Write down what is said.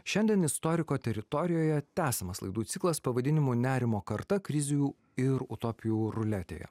šiandien istoriko teritorijoje tęsiamas laidų ciklas pavadinimu nerimo karta krizių ir utopijų ruletėje